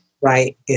Right